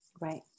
Right